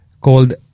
called